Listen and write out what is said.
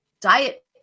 Diet